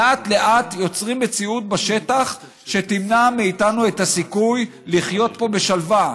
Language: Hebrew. לאט-לאט יוצרים מציאות בשטח שתמנע מאיתנו את הסיכוי לחיות פה בשלווה,